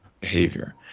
behavior